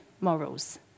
morals